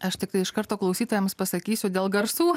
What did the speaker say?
aš tiktai iš karto klausytojams pasakysiu dėl garsų